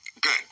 Good